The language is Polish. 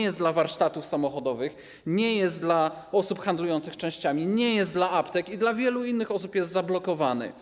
jest dla warsztatów samochodowych, nie jest dla osób handlujących częściami, nie jest dla aptek i dla wielu innych osób jest zablokowany.